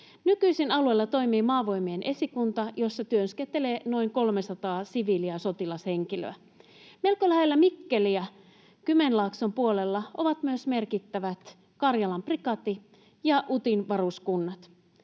Nykyisin alueella toimii maavoimien esikunta, jossa työskentelee noin 300 siviili‑ ja sotilashenkilöä. Melko lähellä Mikkeliä Kymenlaakson puolella ovat myös merkittävät Karjalan prikaati ja Utin varuskunnat.